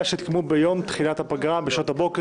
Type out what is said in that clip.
שיתקיימו ביום תחילת הפגרה בשעות הבוקר,